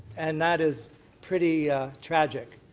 and that is pretty tragic.